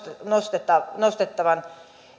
nostettavan